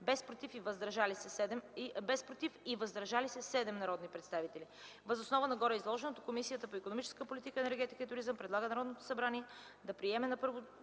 без „против”, „въздържали се” – 7 народни представители. Въз основа на гореизложеното Комисията по икономическата политика, енергетика и туризъм предлага на Народното събрание да приеме на първо